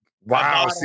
Wow